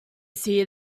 see